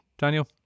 daniel